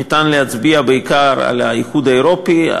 ניתן להצביע בעיקר על האיחוד האירופי,